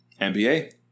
NBA